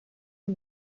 het